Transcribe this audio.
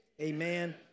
Amen